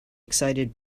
excited